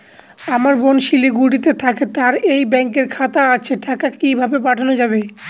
আমার বোন শিলিগুড়িতে থাকে তার এই ব্যঙকের খাতা আছে টাকা কি ভাবে পাঠানো যাবে?